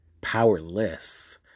powerless